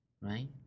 Right